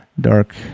dark